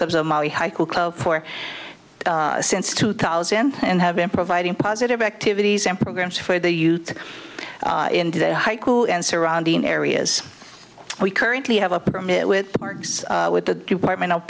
clubs of four since two thousand and have been providing positive activities and programs for the youth in the high school and surrounding areas we currently have a permit with the parks with the department of